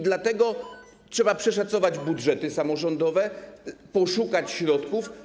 Dlatego trzeba przeszacować budżety samorządowe, poszukać środków.